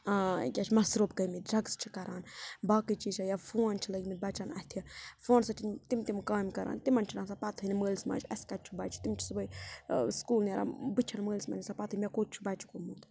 کیٛاہ چھِ مَسروٗپ گٔمٕتۍ ڈرٛگٕز چھِ کَران باقٕے چیٖز یا فون چھِ لٔگۍ مٕتۍ بَچَن اَتھِ فونَس سۭتۍ تِم تِم کامہِ کَران تِمَن چھِنہٕ آسان پَتہٕ ہٕے نہٕ مٲلِس ماجہِ اَسہِ کَتہِ چھُ بَچہِ تِم چھِ صُبحٲے سکوٗل نیران بٕتھِ چھںہٕ مٲلِس ماجہِ آسان پَتہٕ ہٕے مےٚ کوٚت چھُ بَچہِ گوٚمُت